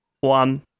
one